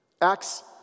Acts